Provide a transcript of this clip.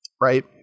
right